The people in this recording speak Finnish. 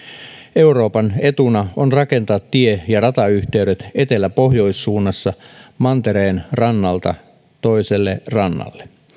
euroopan etuna on rakentaa tie ja ratayhteydet etelä pohjois suunnassa mantereen rannalta toiselle rannalle